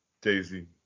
Daisy